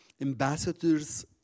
ambassadors